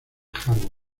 hardware